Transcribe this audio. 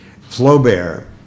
Flaubert